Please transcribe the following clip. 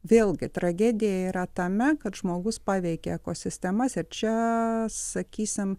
vėlgi tragedija yra tame kad žmogus paveikia ekosistemas ir čia sakysim